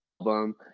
album